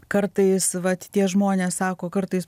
kartais vat tie žmonės sako kartais